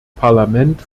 parlament